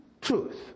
truth